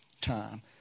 time